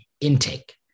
intake